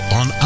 on